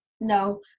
no